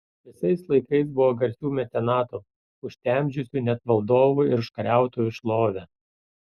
visais laikais buvo garsių mecenatų užtemdžiusių net valdovų ir užkariautojų šlovę